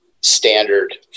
standard